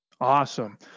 Awesome